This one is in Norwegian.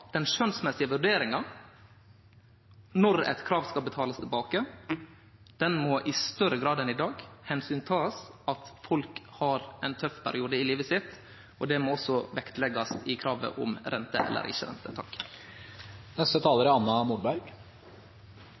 den skjønsmessige vurderinga når eit krav skal betalast tilbake, i større grad enn i dag må ta omsyn til at folk har ein tøff periode i livet sitt. Det må også leggjast vekt på når det gjeld kravet om rente eller ikkje